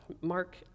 Mark